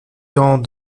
dents